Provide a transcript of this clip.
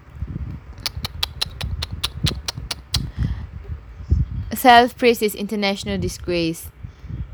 self praise is international disgrace